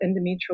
endometrial